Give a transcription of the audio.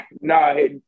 No